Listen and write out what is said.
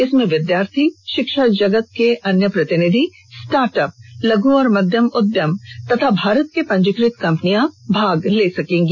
इसमें विद्यार्थी शिक्षा जगत के अन्य प्रतिनिधि स्टार्टअप लघू और मध्यम उद्यम तथा भारत में पंजीकृत कम्पनियां भाग ले सकेंगी